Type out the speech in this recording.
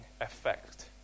effect